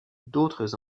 d’autres